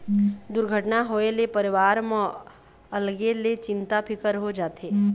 दुरघटना होए ले परिवार म अलगे ले चिंता फिकर हो जाथे